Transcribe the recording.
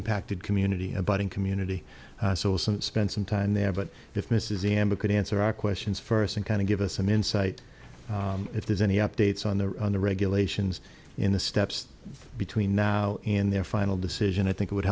impacted community a budding community so some spend some time there but if mrs e and could answer our questions first and kind of give us some insight if there's any updates on the on the regulations in the steps between now in their final decision i think it would